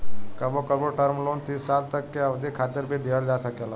कबो कबो term loan तीस साल तक के अवधि खातिर भी दीहल जा सकेला